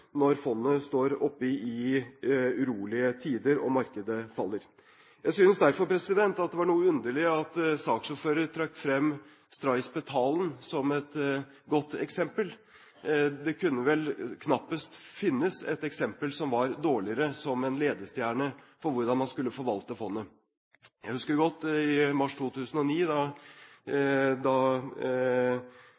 når fondet står oppe i urolige tider og markedet faller. Jeg synes derfor det var noe underlig at saksordføreren trakk frem Stray Spetalen som et godt eksempel. Det kunne vel knapt finnes et eksempel som var dårligere som ledestjerne for hvordan man skulle forvalte fondet. Jeg husker godt mars 2009 da